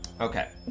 Okay